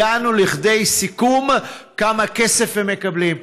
הגענו לכדי סיכום כמה כסף הם מקבלים,